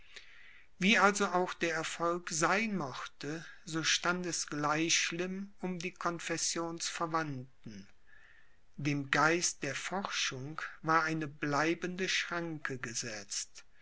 wie also auch der erfolg sein mochte so stand es gleich schlimm um die confessionsverwandten dem geist der forschung war eine bleibende schranke gesetzt